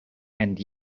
and